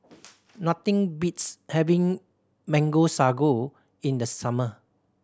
nothing beats having Mango Sago in the summer